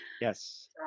Yes